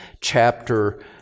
chapter